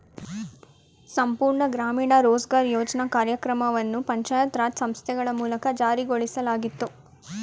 ಸಂಪೂರ್ಣ ಗ್ರಾಮೀಣ ರೋಜ್ಗಾರ್ ಯೋಜ್ನ ಕಾರ್ಯಕ್ರಮವನ್ನು ಪಂಚಾಯತ್ ರಾಜ್ ಸಂಸ್ಥೆಗಳ ಮೂಲಕ ಜಾರಿಗೊಳಿಸಲಾಗಿತ್ತು